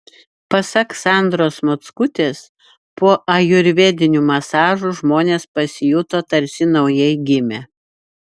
pasak sandros mockutės po ajurvedinių masažų žmonės pasijuto tarsi naujai gimę